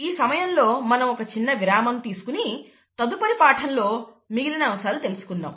ఈ సమయంలో మనం ఒక చిన్న విరామం తీసుకుని తదుపరి పాఠంలో మిగిలిన అంశాలు తెలుసుకుందాం